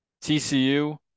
TCU